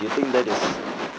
you think that is